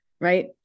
right